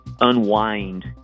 unwind